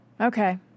Okay